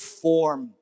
form